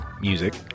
music